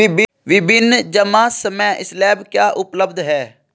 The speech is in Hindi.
विभिन्न जमा समय स्लैब क्या उपलब्ध हैं?